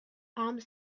arms